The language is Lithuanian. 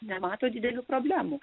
nemato didelių problemų